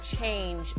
change